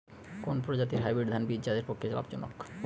কোন প্রজাতীর হাইব্রিড ধান বীজ চাষের পক্ষে লাভজনক?